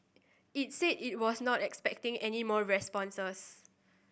it said it was not expecting any more responses